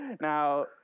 Now